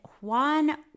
Juan